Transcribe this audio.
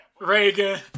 Reagan